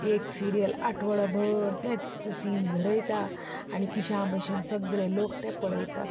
एक सिरियल आठवडो भर तेंच सीन झरयता आनी पिश्यां भशेन सगळे लोक तें पळयतात